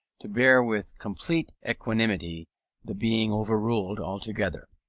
to bear with complete equanimity the being overruled altogether.